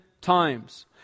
times